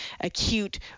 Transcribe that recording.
acute